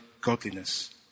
godliness